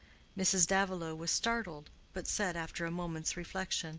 mrs. davilow was startled, but said, after a moment's reflection,